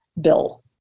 bill